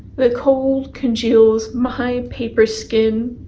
the cold congeals my paper skin.